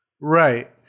Right